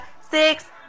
six